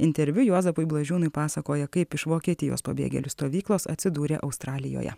interviu juozapui blažiūnui pasakoja kaip iš vokietijos pabėgėlių stovyklos atsidūrė australijoje